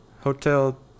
Hotel